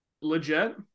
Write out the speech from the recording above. Legit